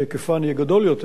שהיקפן יהיה גדול יותר.